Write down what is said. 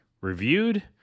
reviewed